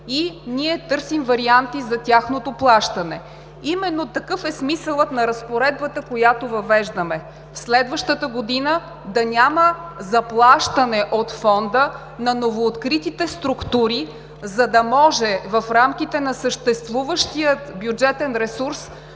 и ние търсим варианти за тяхното плащане. Именно такъв е смисълът на разпоредбата, която въвеждаме – следващата година да няма заплащане от Фонда на новооткритите структури, за да може в рамките на съществуващия бюджетен ресурс